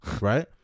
Right